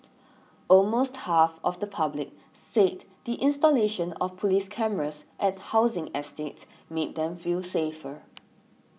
almost half of the public said the installation of police cameras at housing estates made them feel safer